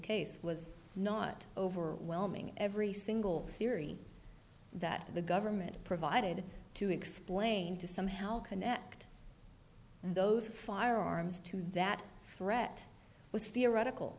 case was not overwhelming every single theory that the government provided to explain to somehow connect those firearms to that threat was theoretical